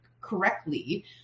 correctly